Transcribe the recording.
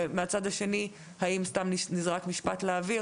או מהצד השני האם סתם נזרק משפט לאוויר.